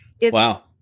wow